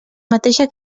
mateixa